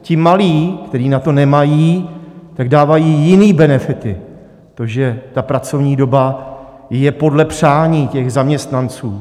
Ti malí, kteří na to nemají, tak dávají jiné benefity, to, že pracovní doba je podle přání těch zaměstnanců.